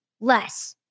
less